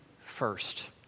first